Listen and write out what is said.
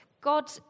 God